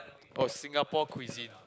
or Singapore cuisine